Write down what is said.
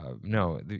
no